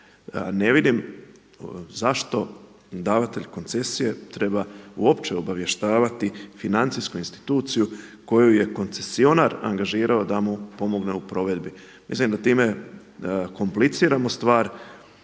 ne vidim zašto davatelj koncesije treba uopće obavještavati financijsku instituciju koju je koncesionar angažirao da mu pomogne u provedbi. Mislim da time kompliciramo stvar